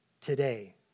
today